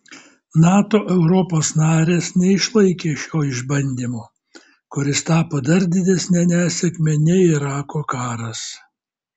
nato europos narės neišlaikė šio išbandymo kuris tapo dar didesne nesėkme nei irako karas